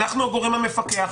אנחנו הגורם המפקח,